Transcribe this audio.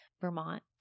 Vermont